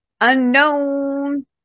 Unknown